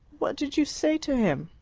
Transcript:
what did you say to him?